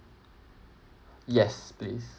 yes please